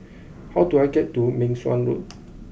how do I get to Meng Suan Road